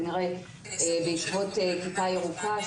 כנראה בעקבות כיתה ירוקה,